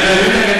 אני מכיר,